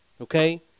Okay